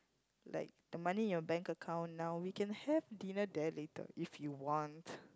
like the money in your bank account now we can have dinner there later if you want